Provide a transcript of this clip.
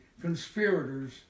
conspirators